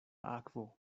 akvo